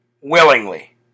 willingly